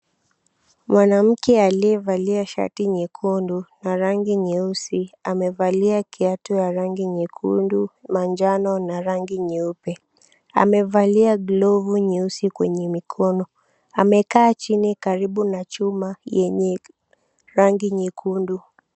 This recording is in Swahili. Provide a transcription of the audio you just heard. Mwanamke aliyevalia shati nyekundu na rangi nyeusi, amevalia kiatu ya rangi nyekundu, manjano na rangi nyeupe. Amevalia glovu nyeusi kwenye mikono. Amekaa chini karibu na chuma yenye rangi nyekundu.